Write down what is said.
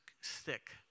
stick